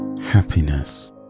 happiness